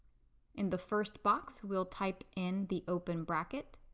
in the first box, we'll type in the open bracket.